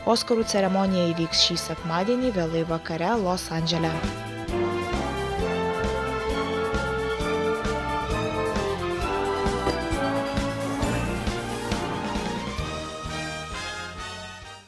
oskarų ceremonija įvyks šį sekmadienį vėlai vakare los andžele